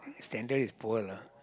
standard is Paul lah